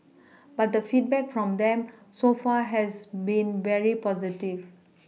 but the feedback from them so far has been very positive